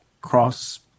cross